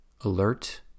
alert